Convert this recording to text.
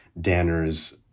Danner's